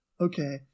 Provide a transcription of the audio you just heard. Okay